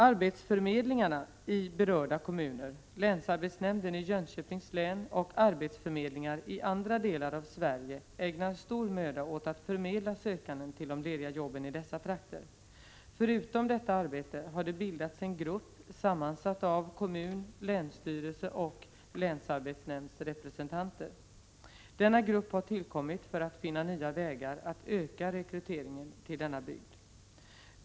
Arbetsförmedlingarna i berörda kommuner, länsarbetsnämnden i Jönköpings län och arbetsförmedlingar i andra delar av Sverige ägnar stor möda åt att förmedla sökande till de lediga jobben i dessa trakter. Förutom detta arbete har det bildats en grupp sammansatt av kommun-, länsstyrelseoch länsarbetsnämndsrepresentanter. Gruppen har tillkommit för att finna nya vägar att öka rekryteringen till denna bygd.